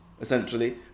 essentially